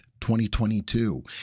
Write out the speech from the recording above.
2022